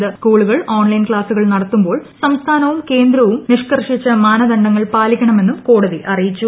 സ ്കൂളുകൾ ഓൺലൈൻ ക്സാസുകൾ നടത്തുമ്പോൾ സംസ്ഥാനവും കേന്ദ്രവും നിഷ്കർഷിച്ച മാനദണ്ഡങ്ങൾ പാലിക്കണമെന്നും കോടതി അറിയിച്ചു